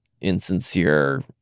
insincere